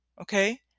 Okay